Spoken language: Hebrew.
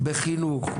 בחינוך,